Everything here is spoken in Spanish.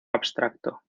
abstracto